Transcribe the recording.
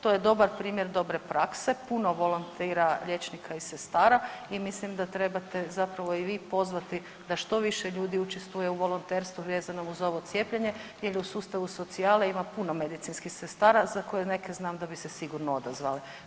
To je dobar primjer dobre prakse, puno volontira liječnika i sestara i mislim da trebate zapravo i vi pozvati da što više ljudi učestvuje u volonterstvu vezanom uz ovo cijepljenje jer u sustavu socijale ima puno medicinskih sestara za koje neke znam da bi se sigurno odazvale.